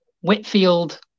Whitfield